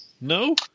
no